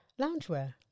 loungewear